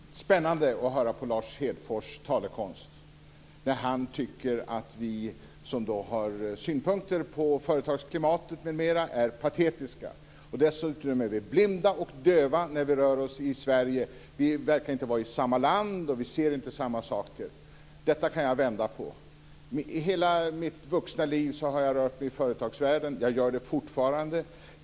Fru talman! Det är spännande att höra på Lars Hedfors talekonst. Han tycker att vi som har synpunkter på företagsklimatet m.m. är patetiska. Dessutom är vi blinda och döva när vi rör oss i Sverige. Vi verkar inte vara i samma land, och vi ser inte samma saker. Detta kan jag vända på. I hela mitt vuxna liv har jag rört mig i företagsvärlden. Jag gör det fortfarande.